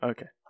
Okay